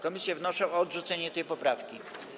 Komisje wnoszą o odrzucenie tej poprawki.